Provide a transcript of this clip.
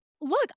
look